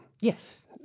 Yes